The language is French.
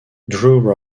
drew